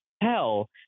hell